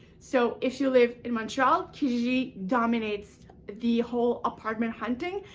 so, if you live in montreal, kijiji dominates the whole apartment hunting,